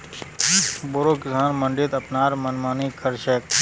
बोरो किसान मंडीत अपनार मनमानी कर छेक